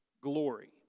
glory